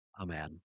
Amen